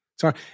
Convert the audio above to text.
Sorry